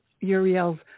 Uriel's